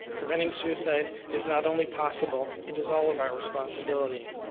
preventing suicide is not only possible, it is all of our responsibility.